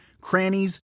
crannies